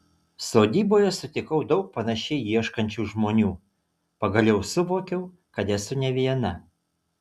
sodyboje sutikau daug panašiai ieškančių žmonių pagaliau suvokiau kad esu ne viena